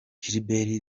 gilbert